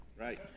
right